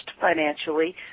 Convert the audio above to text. financially